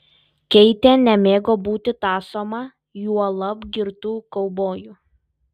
keitė nemėgo būti tąsoma juolab girtų kaubojų